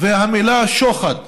והמילה "שוחד".